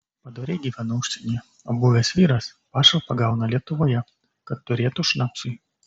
padoriai gyvenu užsienyje o buvęs vyras pašalpą gauna lietuvoje kad turėtų šnapsui